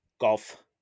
Golf